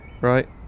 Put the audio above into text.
right